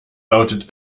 lautet